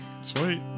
sweet